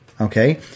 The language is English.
okay